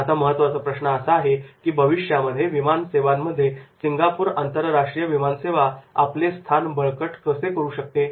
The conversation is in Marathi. आता महत्त्वाचा प्रश्न असा आहे भविष्यामध्ये विमान सेवांमध्ये सिंगापूर आंतरराष्ट्रीय विमानसेवा आपले स्थान बळकट कसे करू शकते